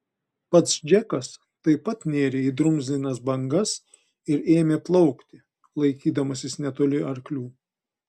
pats džekas taip pat nėrė į drumzlinas bangas ir ėmė plaukti laikydamasis netoli arklių